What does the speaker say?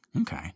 Okay